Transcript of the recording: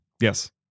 Yes